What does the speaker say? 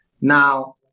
Now